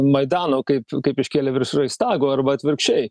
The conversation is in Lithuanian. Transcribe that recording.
maidano kaip kaip iškėlė virš reichstago arba atvirkščiai